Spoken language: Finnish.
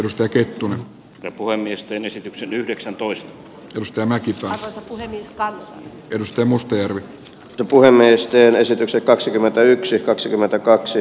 mustaketun ja puhemiesten esityksen yhdeksäntoista edustaja näki unen listalla edustaa mustajärvi on puhemiehistön esitystä kaksikymmentäyksi kaksikymmentäkaksi